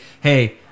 hey